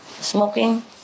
Smoking